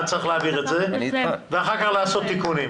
היה צריך להעביר את זה ואחר כך לעשות תיקונים.